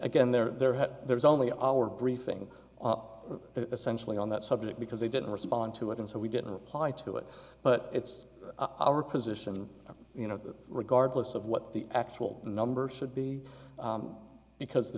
again there had there's only our briefing essentially on that subject because they didn't respond to it and so we didn't reply to it but it's our position that you know regardless of what the actual number should be because the